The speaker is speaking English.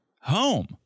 home